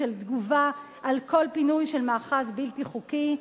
של תגובה על כל פינוי של מאחז בלתי חוקי".